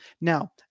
Now